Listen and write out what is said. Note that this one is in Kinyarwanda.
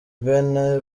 ben